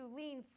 lean